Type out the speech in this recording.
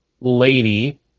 lady